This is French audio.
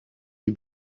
des